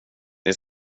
det